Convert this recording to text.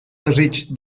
desig